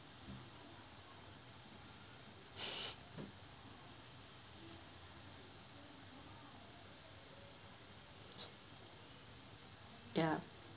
ya